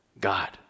God